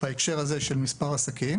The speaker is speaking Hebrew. בהקשר הזה של מספר העסקים.